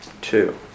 two